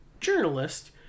journalist